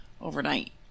overnight